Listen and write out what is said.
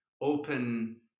open